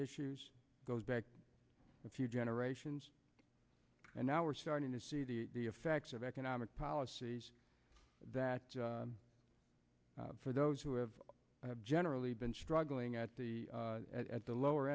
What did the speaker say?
issues goes back a few generations and now we're starting to see the effects of economic policies that for those who have generally been struggling at the at the lower